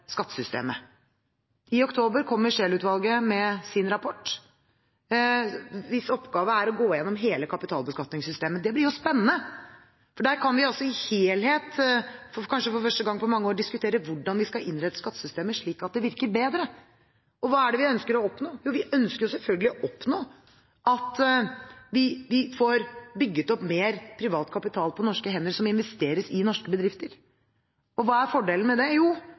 skattesystemet. I oktober kommer Scheel-utvalget med sin rapport, hvis oppgave det er å gå igjennom hele kapitalbeskatningssystemet. Det blir spennende, for der kan vi i helhet – kanskje for første gang på mange år– diskutere hvordan vi skal innrette skattesystemet slik at det virker bedre. Og hva er det vi ønsker å oppnå? Jo, vi ønsker selvfølgelig å oppnå at vi får bygget opp mer privat kapital på norske hender – som investeres i norske bedrifter. Hva er fordelen med det? Jo,